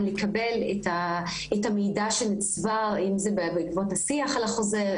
לקבל את המידע שנצבר אם זה בעקבות השיח על החוזר,